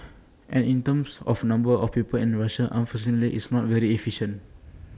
and in terms of number of people in Russia unfortunately it's not very efficient